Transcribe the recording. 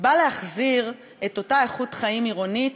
בא להחזיר את אותה איכות חיים עירונית